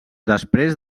després